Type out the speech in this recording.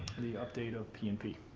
the update of p and p.